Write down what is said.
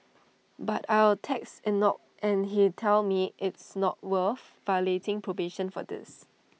but I'll text Enoch and he'd tell me it's not worth violating probation for this